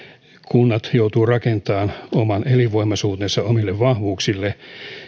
kunnat joutuvat rakentamaan oman elinvoimaisuutensa omille vahvuuksilleen